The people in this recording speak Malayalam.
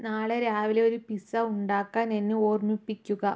നാളെ രാവിലെ ഒരു പിസ്സ ഉണ്ടാക്കാൻ എന്നെ ഓർമ്മിപ്പിക്കുക